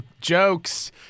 jokes